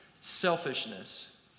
selfishness